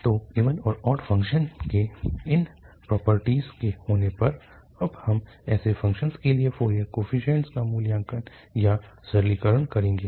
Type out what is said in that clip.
तो इवन और odd functions के इन प्रॉपर्टीस के होने पर अब हम ऐसे फ़ंक्शन्स के लिए फोरियर कोफीशिएंट्स का मूल्यांकन या सरलीकरण करेंगे